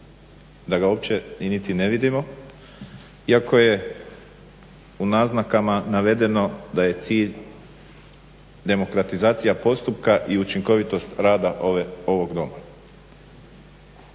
da ga uopće niti ne vidimo iako je u naznakama navedeno da je cilj demokratizacija postupka i učinkovitost rada ovog Doma.